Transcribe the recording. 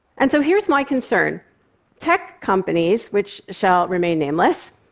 and so here's my concern tech companies which shall remain nameless.